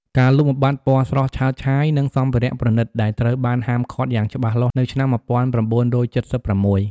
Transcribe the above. ការលុបបំបាត់ពណ៌ស្រស់ឆើតឆាយ និងសម្ភារៈប្រណិតដែលត្រូវបានហាមឃាត់យ៉ាងច្បាស់លាស់នៅឆ្នាំ១៩៧៦។